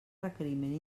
requeriment